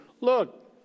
look